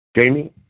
Jamie